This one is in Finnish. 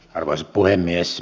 arvoisa puhemies